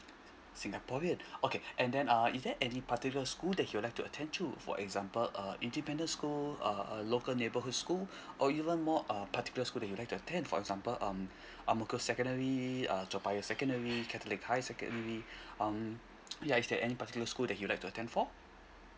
singaporean okay and then uh is there any particular school that he would like to attend to for example uh independent school uh local neighborhood school or even more uh particular school that he would like to attend for example um ang mo kio secondary uh toa payoh secondary catholic high secondary um ya is there any particular school that he would like to attend for